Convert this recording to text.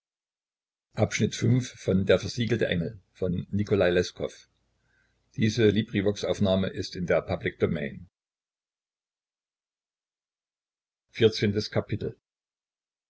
auch in der